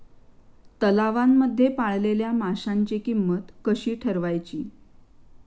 तलावांमध्ये पाळलेल्या माशांची किंमत कशी ठरवायची?